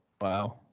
Wow